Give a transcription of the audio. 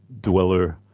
dweller